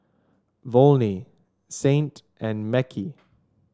Volney Saint and Mekhi